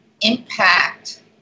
impact